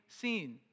seen